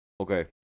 Okay